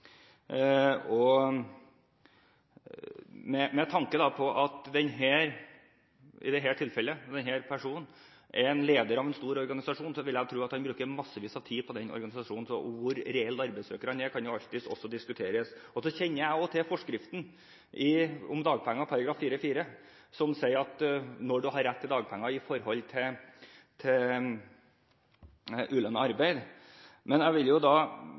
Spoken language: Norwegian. Og med tanke på at denne personen, i dette tilfellet, er en leder av en stor organisasjon, vil jeg tro han bruker massevis av tid på den organisasjonen. Hvor reell arbeidssøker han er, kan alltids også diskuteres. Så kjenner jeg også til forskriften om dagpenger, § 4-4 som sier noe om når du har rett til dagpenger sett i forhold til ulønnet arbeid. Jeg vil påpeke at det gjelder aktivitet som å hjelpe til ved arrangement, loppemarked og loddsalg. Jeg